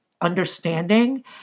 understanding